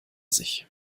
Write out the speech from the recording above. sich